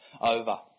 over